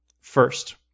First